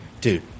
dude